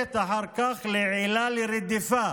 שהופכת אחר כך לעילה לרדיפה